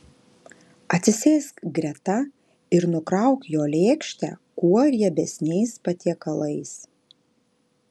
atsisėsk greta ir nukrauk jo lėkštę kuo riebesniais patiekalais